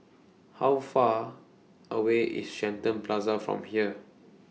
How Far away IS Shenton Plaza from here